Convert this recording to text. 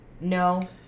No